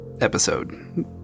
episode